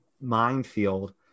minefield